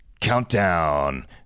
Countdown